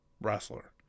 wrestler